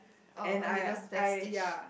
and I I ya